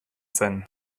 zen